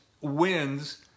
wins